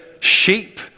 sheep